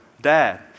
dad